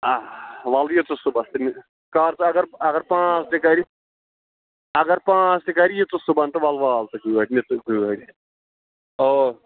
آ وَلہٕ یہِ ژٕ صُبحَس تہٕ نہِ کَر ژٕ اگر اگر پانٛژ تہِ کرِی اگر پانٛژ تہِ کری یہِ ژٕ صُبحَن تہٕ وَلہٕ وال ژٕ گٲڑۍ نہِ ژٕ گٲڑۍ او